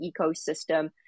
ecosystem